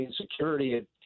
security